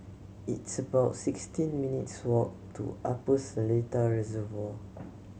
it's about sixteen minutes' walk to Upper Seletar Reservoir